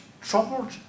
troubled